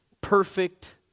perfect